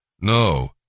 No